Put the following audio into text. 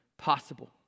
possible